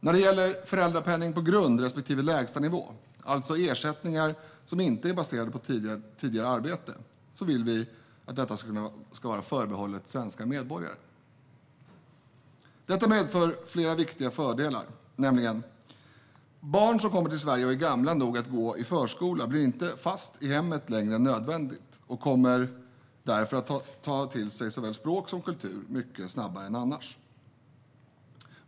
När det gäller föräldrapenning på grund respektive lägstanivå, alltså ersättning som inte är baserad på tidigare arbete, vill vi att den ska vara förbehållen svenska medborgare. Detta medför flera viktiga fördelar: Barn som kommer till Sverige och är gamla nog att gå i förskola blir inte fast i hemmet längre än nödvändigt och kommer därför att ta till sig såväl språk som kultur mycket snabbare än annars.